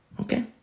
Okay